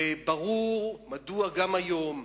וברור מדוע גם היום,